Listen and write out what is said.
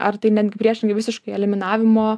ar tai netgi priešingai visiškai eliminavimo